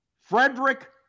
Frederick